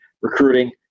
recruiting